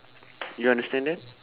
do you understand that